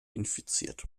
infiziert